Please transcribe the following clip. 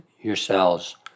yourselves